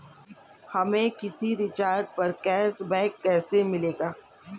हमें किसी रिचार्ज पर कैशबैक कैसे मिलेगा?